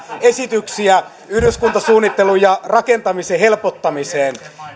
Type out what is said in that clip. esityksiä yhdyskuntasuunnittelun ja rakentamisen helpottamiseen